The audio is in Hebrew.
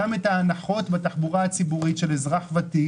ההנחות בתחבורה הציבורית של אזרח ותיק.